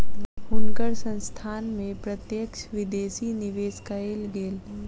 हुनकर संस्थान में प्रत्यक्ष विदेशी निवेश कएल गेल